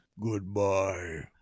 Goodbye